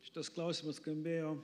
šitas klausimas skambėjo